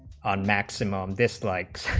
on maximum disliked